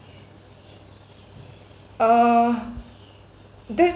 err this